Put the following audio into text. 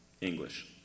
English